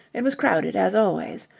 it was crowded, as always.